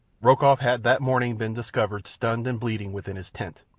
rokoff had that morning been discovered stunned and bleeding within his tent.